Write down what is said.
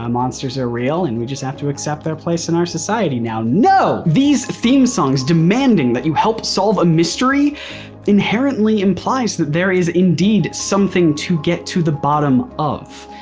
um monsters are real and we just have to accept their place in our society now. no, these theme songs demanding that you help solve a mystery inherently implies that there is indeed something to get to the bottom of.